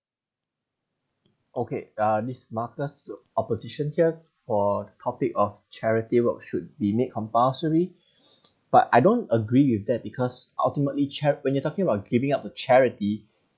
okay uh this marcus to opposition here for topic of charity work should be made compulsory but I don't agree with that because ultimately chari~ when you are talking about giving up to charity